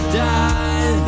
die